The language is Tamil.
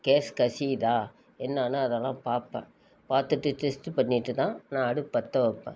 கேஸ் கசியுதா என்ன ஆனால் அதெல்லாம் பார்ப்பேன் பார்த்துட்டு டெஸ்ட்டு பண்ணிவிட்டு தான் நான் அடுப்பு பற்ற வைப்பேன்